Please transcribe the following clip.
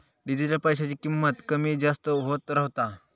digital पैशाची किंमत कमी जास्त होत रव्हता